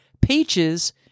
peaches